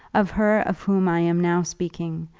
of her of whom i am now speaking,